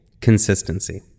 consistency